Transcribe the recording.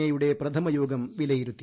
A യുടെ പ്രഥമയോഗം വിലയിരുത്തി